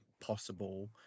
possible